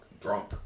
drunk